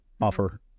offer